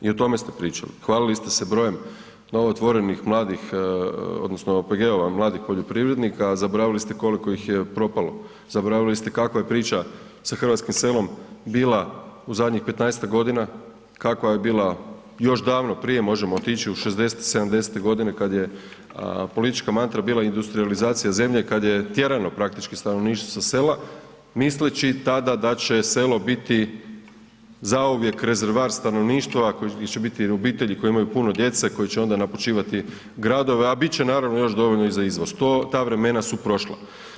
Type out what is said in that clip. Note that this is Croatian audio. I o tome ste pričali, hvalili ste se brojem novootvorenih mladih odnosno OPG-ova mladih poljoprivrednika a zaboravili ste koliko ih je propalo, zaboravili ste kako je priča sa hrvatskim selom bila u zadnjih 15-ak godina, kakva je bila još davno prije, možemo otići u 60-te, 70-te godine kad je politička mantra bila industrijalizacija zemlje kad je tjerano praktički stanovništvo sa sela misleći tada da će selo biti zauvijek rezervoar stanovništva jer će biti obitelji koje imaju puno djece, koje će onda napučivati gradove a bit će naravno još dovoljno i za izvoz, ta vremena su prošla.